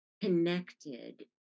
connected